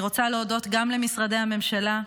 אני רוצה להודות גם למשרדי הממשלה,